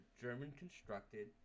German-constructed